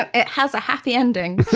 it has a happy ending.